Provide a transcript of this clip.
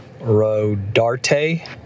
Rodarte